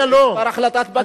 יש כבר החלטת בג"ץ.